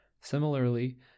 Similarly